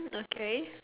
okay